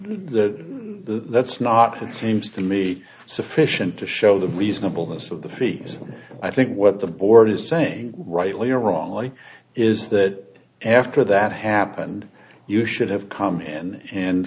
the that's not it seems to me sufficient to show the reasonable this of the fees i think what the board is saying rightly or wrongly is that after that happened you should have come in and